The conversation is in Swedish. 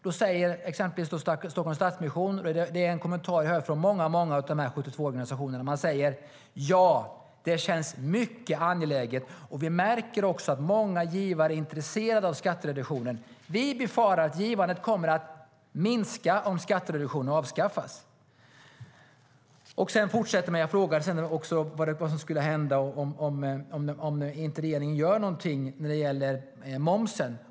Så här kommenterade Stockholms Stadsmission och många av de 72 organisationerna det: Ja, det känns mycket angeläget. Vi märker också att många givare är intresserade av skattereduktionen. Vi befarar att givandet kommer att minska om skattereduktionen avskaffas. Jag frågade vidare vad som händer om regeringen inte gör något med momsen.